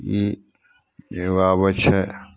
ई एगो आबै छै